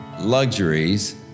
luxuries